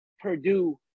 Purdue